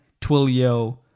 Twilio